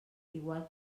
igual